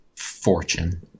Fortune